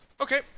Okay